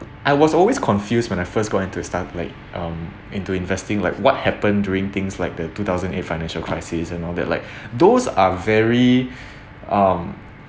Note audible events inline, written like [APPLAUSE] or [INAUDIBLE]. I was always confused when I first going to start like um into investing like what happen during things like the two thousand eight financial crisis and all that like [BREATH] those are very [BREATH] um